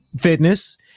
fitness